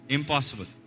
Impossible